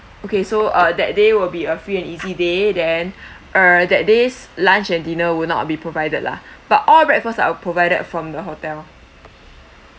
okay so uh that day will be a free and easy day then uh that day's lunch and dinner will not be provided lah but all breakfast are provided from the hotel